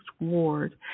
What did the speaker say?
ward